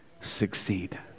succeed